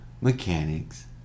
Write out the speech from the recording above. Mechanics